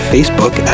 Facebook